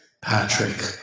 Patrick